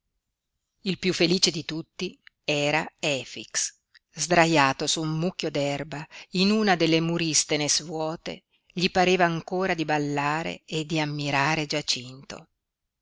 il piú felice di tutti era efix sdraiato su un mucchio d'erba in una delle muristenes vuote gli pareva ancora di ballare e di ammirare giacinto